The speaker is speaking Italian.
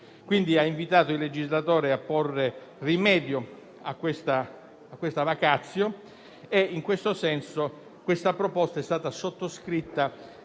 quindi, invitato il legislatore a porre rimedio a tale *vacatio*. In tal senso, questa proposta è stata sottoscritta